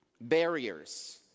barriers